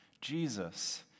Jesus